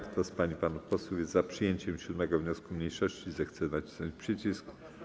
Kto z pań i panów posłów jest za przyjęciem 7. wniosku mniejszości, zechce nacisnąć przycisk.